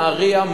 נהרייה,